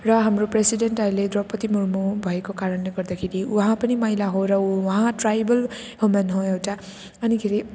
र हाम्रो प्रेसिडेन्ट अहिले द्रौपदी मुर्मु भएको कारणले गर्दाखेरि उहाँ पनि महिला हो र ऊ उहाँ ट्राइबल वुमेन हो एउटा अनि खेरि